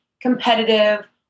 competitive